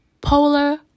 polar